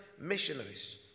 missionaries